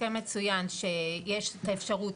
בהסכם מצוין שיש את האפשרות,